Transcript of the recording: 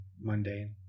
mundane